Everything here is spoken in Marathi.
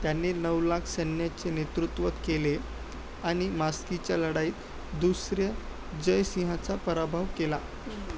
त्यांनी नऊ लाख सैन्याचे नेतृत्व केले आणि मास्कीच्या लढाईत दुसऱ्या जयसिंहाचा पराभाव केला